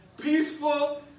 peaceful